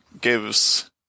gives